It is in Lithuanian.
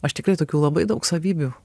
aš tikrai tokių labai daug savybių